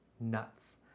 nuts